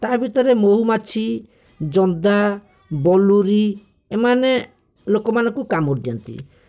ତାହା ଭିତରେ ମହୁମାଛି ଜନ୍ଦା ବଲୁରି ଏମାନେ ଲୋକମାନଙ୍କୁ କାମୁଡ଼ି ଦିଅନ୍ତି